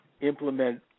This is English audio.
implement